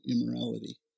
immorality